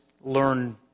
learn